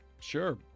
Sure